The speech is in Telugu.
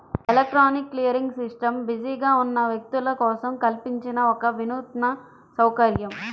ఎలక్ట్రానిక్ క్లియరింగ్ సిస్టమ్ బిజీగా ఉన్న వ్యక్తుల కోసం కల్పించిన ఒక వినూత్న సౌకర్యం